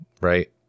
right